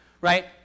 right